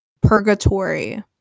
purgatory